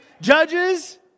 Judges